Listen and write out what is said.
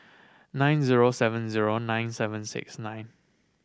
nine zero seven zero nine seven six nine